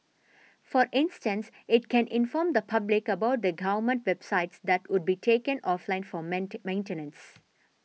for instance it can inform the public about the government websites that would be taken offline for maintenance